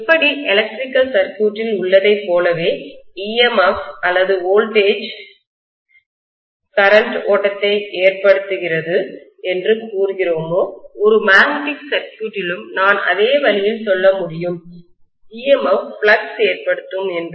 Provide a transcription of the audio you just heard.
எப்படி எலக்ட்ரிக்கல் சர்க்யூட்டில் உள்ளதைப் போலவே EMF அல்லது வோல்டேஜ் கரண்ட்மின்னோட்ட ஓட்டத்தை ஏற்படுத்துகிறது என்றுக் கூறுகிறோமோ "ஒரு மேக்னெட்டிக் சர்க்யூட்டிலும் நான் அதே வழியில் சொல்ல முடியும் EMF ஃப்ளக்ஸ் ஏற்படுத்தும் என்று